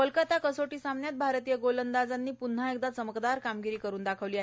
कोलकाता कसोटी सामन्यात भारतीय गोलंदाजांनी प्न्हा एकदा चमकदार कामगिरी करुन दाखवली आहे